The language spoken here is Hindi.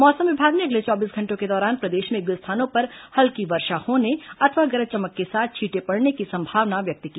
मौसम विभाग ने अगले चौबीस घंटों के दौरान प्रदेश में एक दो स्थानों पर हल्की वर्षा होने अथवा गरज चमक के साथ छींटे पड़ने की संभावना व्यक्त की है